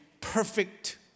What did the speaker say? perfect